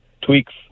tweaks